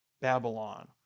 Babylon